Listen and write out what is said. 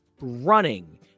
running